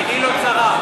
עיני לא צרה.